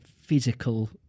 physical